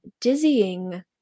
dizzying